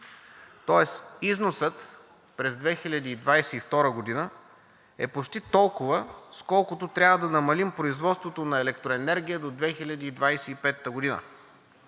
тоест износът през 2022 г. е почти толкова, с колкото трябва да намалим производството на електроенергия до 2025 г.